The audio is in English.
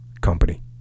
company